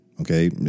Okay